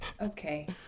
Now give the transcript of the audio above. Okay